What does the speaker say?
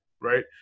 Right